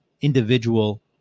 individual